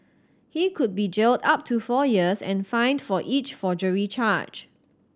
he could be jailed up to four years and fined for each forgery charge